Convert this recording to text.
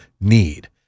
need